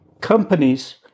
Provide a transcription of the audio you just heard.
companies